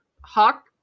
hawk